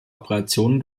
operationen